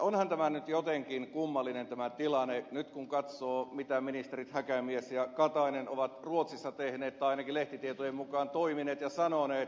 onhan tämä nyt jotenkin kummallinen tilanne nyt kun katsoo mitä ministerit häkämies ja katainen ovat ruotsissa tehneet tai ainakin lehtitietojen mukaan toimineet ja sanoneet